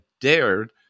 dared